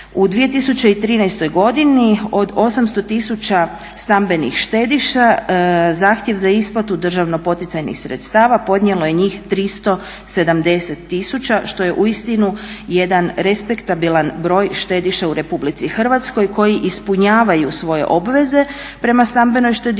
U 2013. godini od 800 tisuća stambenih štediša zahtjev za isplatu državno poticajnih sredstava podnijelo je njih 370 tisuća što je uistinu jedan respektabilan broj štediša u RH koji ispunjavaju svoje obveze prema stambenoj štedionici.